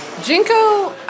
Jinko